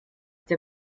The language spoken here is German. der